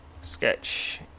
Sketch